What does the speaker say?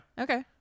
okay